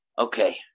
Okay